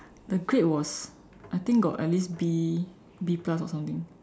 the grade was I think got at least B B plus or something